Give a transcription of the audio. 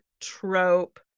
trope